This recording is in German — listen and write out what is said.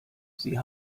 sie